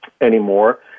anymore